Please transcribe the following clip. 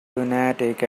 lunatic